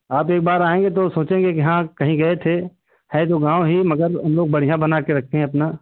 आप एक बार आएंगे तो सोचेंगे कि हाँ कहीं गए थे है तो गाँव ही मगर हम लोग बढ़िया बना के रखे है अपना